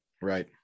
right